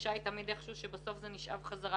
התחושה היא שאיכשהו בסוף זה נשאב בחזרה